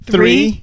Three